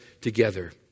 together